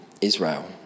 Israel